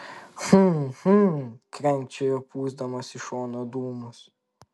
hm hm krenkščiojo pūsdamas į šoną dūmus